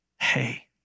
Hey